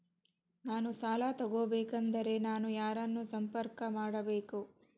ನಾನು ಸಾಲ ತಗೋಬೇಕಾದರೆ ನಾನು ಯಾರನ್ನು ಸಂಪರ್ಕ ಮಾಡಬೇಕು?